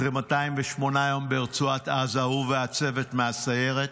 אחרי 208 יום ברצועת עזה, הוא והצוות מהסיירת,